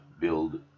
build